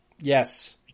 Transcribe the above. Yes